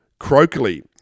croakily